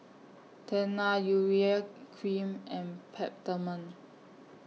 Tena Urea Cream and Peptamen